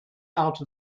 out